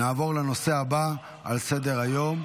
נעבור לנושא הבא על סדר-היום,